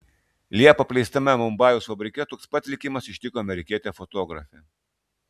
liepą apleistame mumbajaus fabrike toks pat likimas ištiko amerikietę fotografę